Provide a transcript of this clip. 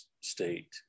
state